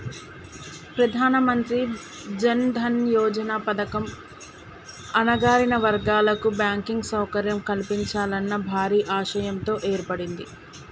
ప్రధానమంత్రి జన్ దన్ యోజన పథకం అణగారిన వర్గాల కు బ్యాంకింగ్ సౌకర్యం కల్పించాలన్న భారీ ఆశయంతో ఏర్పడింది